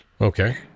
Okay